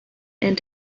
and